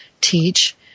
teach